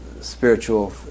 spiritual